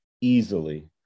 easily